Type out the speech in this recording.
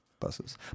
Buses